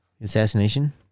Assassination